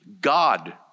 God